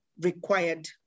required